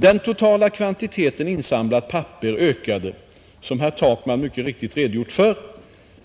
Den totala kvantiteten insamlat papper ökade, som herr Takman mycket riktigt redogjort för,